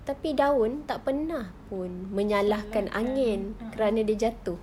tapi daun tak pernah menyalahkan angin kerana dia jatuh